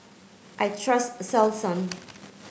I trust Selsun